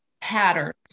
patterns